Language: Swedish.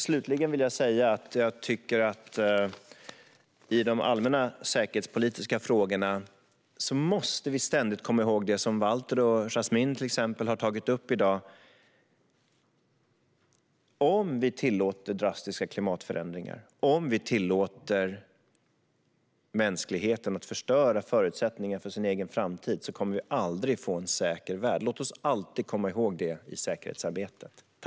Slutligen vill jag säga att jag tycker att vi i de allmänna säkerhetspolitiska frågorna ständigt måste komma ihåg det som Valter och Yasmine har tagit upp i dag, att om vi tillåter drastiska klimatförändringar och tillåter mänskligheten att förstöra förutsättningarna för sin egen framtid kommer vi aldrig att få en säker värld. Låt oss alltid komma ihåg det i säkerhetsarbetet.